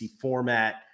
format